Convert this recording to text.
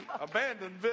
Abandoned